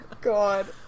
god